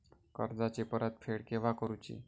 कर्जाची परत फेड केव्हा करुची?